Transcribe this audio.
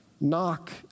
Knock